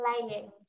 playing